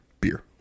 beer